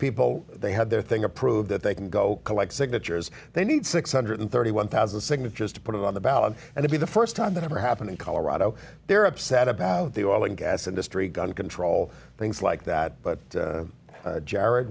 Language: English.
people they have their thing approved that they can go collect signatures they need six hundred and thirty one thousand signatures to put it on the ballot and to be the st time that ever happened in colorado they're upset about the oil and gas industry gun control things like that but